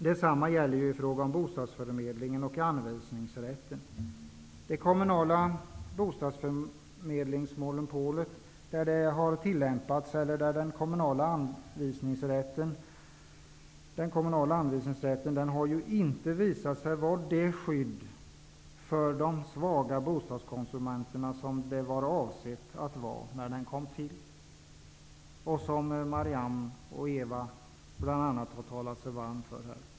Detsamma gäller i fråga om bostadsförmedlingen och anvisningsrätten. Det kommunala bostadsförmedlingsmonopolet och den kommunala anvisningsrätten har, där de har tillämpats, inte visat sig utgöra det skydd för de svaga bostadskonsumenterna som var meningen när de inrättades. Bl.a. Marianne Carlström och Eva Zetterberg har talat sig varma för detta.